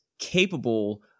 capable